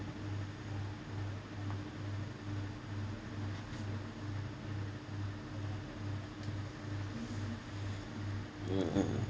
(uh huh)